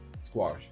squash